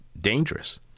dangerous